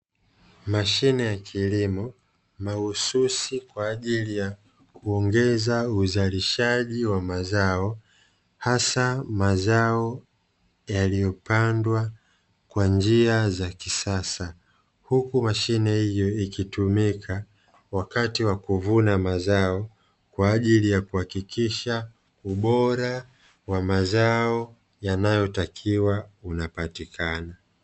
Mashine ya kilimo mahususi kwa ajili ya kuongeza uzalishaji wa mazao hasa mazao yaliyopandwa kwa njia za kisasa, huku mashine hiyo ikitumika wakati wa kuvuna mazao kwa ajili ya kuhakikisha ubora wa mazao yanayotakiwa unapatikana.